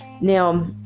Now